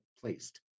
placed